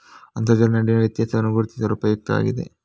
ಅಂತರ್ಜಲದ ನಡುವಿನ ವ್ಯತ್ಯಾಸವನ್ನು ಗುರುತಿಸಲು ಉಪಯುಕ್ತವಾಗಿದೆ